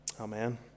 Amen